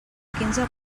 quinze